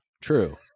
true